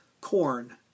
Corn